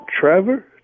Trevor